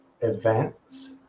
events